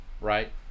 right